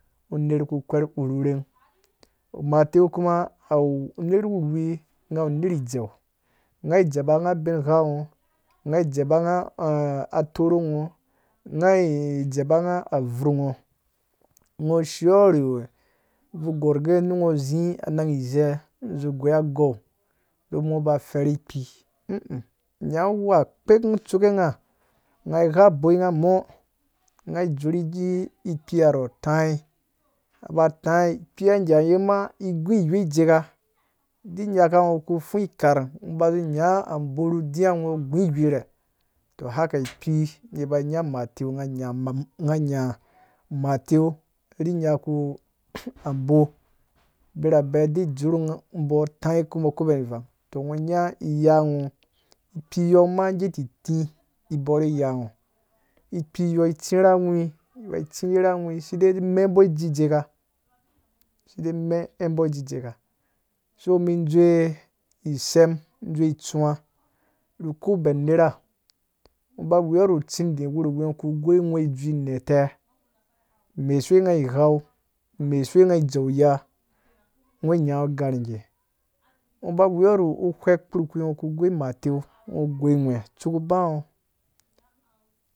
Unerku kwar u rhurheng umateu kuma awu nerwuwi awu uner dzei ngha dzebangha ubingha ngho ngha dzeba ngha er a torhongho ngha dzeba ngha a vurngho ngho shiwo ru vu gorgee ngho zi nan zee zu goi a gau ru ngho ba fur ikpii ii nyanghu wuha kpekum tsuke ngha. ngha ya boi ngha mɔ ngha dzur ikpii atãĩyi ba tãĩyi ikpii gagee ma igu wei idzeka rhu nyaka ngho ku fũũ ikar ba zu nya ambo ru diya ngho gu wei re to haka ikpii gee ba nya mateu ngha nya mateu ru nyaka bo birabe de dzerbo taiyikubo ko ben vang to ngho nya iya ngho ikpii yɔɔ gee titu ibore gangho ikpii yɔɔ ma tsirha agwi bai tsigerha gwi seai mebo dzidzeka gee mebo dzidzeka so mu dzewe isem gu itsuwa ru ko ben nera ba wuwo ru tsirdi wuriwi ku goi ughwee jui neta umesuwe ngha ghau mesuwe ngha dzeu ya ngho nya gar gee ba weworu uwek kpukpi ngho ku goi umeteu ngho goi ghwee tsuku ba ngho